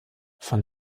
von